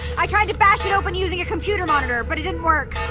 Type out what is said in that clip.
i tried to bash it open using a computer monitor, but it didn't work.